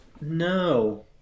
No